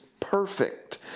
perfect